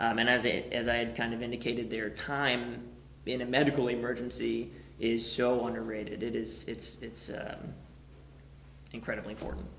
and as it as i had kind of indicated their time in a medical emergency is showing a rated it is it's it's incredibly important